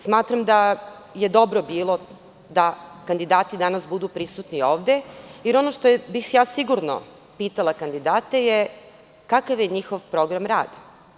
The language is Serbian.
Smatram, da je dobro bilo da kandidati danas budu prisutni ovde, jer ono što bih sigurno pitala kandidate je - kakav je njihov program rada?